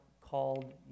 called